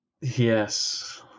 Yes